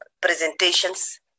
presentations